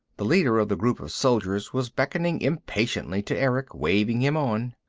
the leader of the group of soldiers was beckoning impatiently to erick, waving him on.